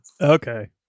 Okay